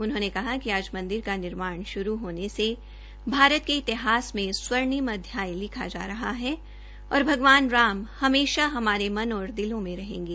उन्होंने कहा कि आज मंदिर का निर्माण शुरू होने से भारत के इतिहस में स्वर्णिम अध्याय लिखा जा रहा है और भगवान राम हमेशा हमारे मन और दिलों में रहेंगे